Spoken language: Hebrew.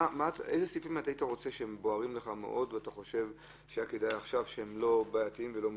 איזה סעיפים בוערים לך מאוד והם לא בעייתיים ולא מסובכים?